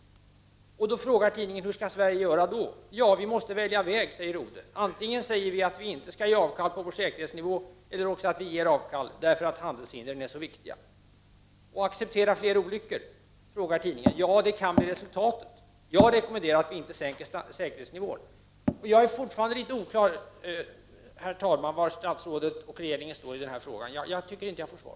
Tidningen frågar: ”Vad skall Sverige göra då?” ”Ja, vi måste välja väg”, säger Rode. ”Antingen säger vi att vi inte ger avkall på vår säkerhetsnivå eller också att vi ger avkall därför att handelshindren är så viktiga.” ”Och accepterar fler olyckor?” frågar tidningen. ”Ja, det kan bli resultatet. Jag rekommenderar inte att vi sänker säkerhetsnivån.” Herr talman! Jag är fortfarande litet oklar över var statsrådet och regeringen står i den här frågan. Jag tycker inte jag får svar.